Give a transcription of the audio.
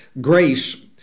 grace